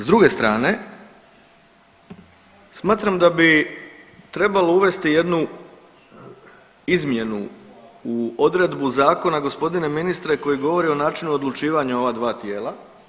S druge strane smatram da bi trebalo uvesti jednu izmjenu u odredbu zakona gospodine ministre koji govori o načinu odlučivanja ova dva tijela.